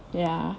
ya